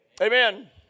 Amen